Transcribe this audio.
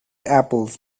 apples